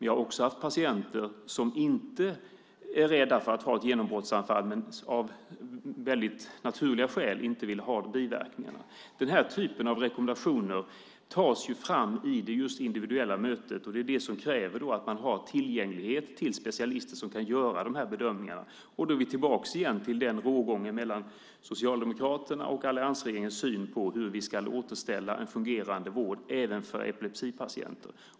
Jag har också haft patienter som inte är rädda för ett genombrottsanfall men som av väldigt naturliga skäl inte vill ha biverkningarna. Den här typen av rekommendationer tas ju fram just i det individuella mötet. Det är det som kräver att man har tillgång till specialister som kan göra de här bedömningarna. Då är vi tillbaka igen i rågången mellan Socialdemokraterna och alliansregeringens syn på hur vi ska återställa en fungerande vård även för epilepsipatienter.